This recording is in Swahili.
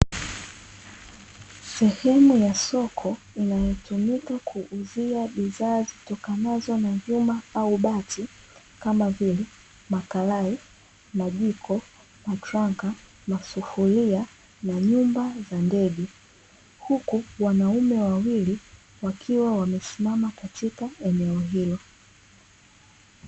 Sehemu ya soko inayotumika kuuzia bidhaa zitokanazo na vyuma au bati, kama vile; makarai, majiko, matranka, masufuria, na nyumba za ndege, huku wanaume wawili wakiwa wamesimama katika eneo hilo.